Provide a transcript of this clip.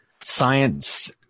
science